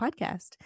podcast